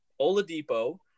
Oladipo